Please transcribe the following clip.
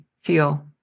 feel